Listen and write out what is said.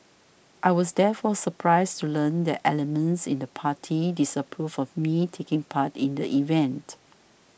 I was therefore surprised to learn that elements in the party disapproved of me taking part in the event